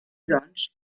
doncs